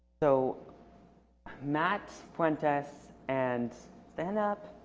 so matt pointez and stand up